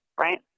right